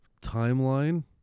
timeline